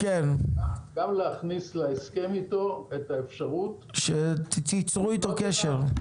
גם להכניס להסכם איתו את האפשרות --- שתיצרו איתו קשר.